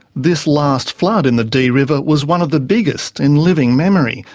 this last flood in the dee river was one of the biggest in living memory,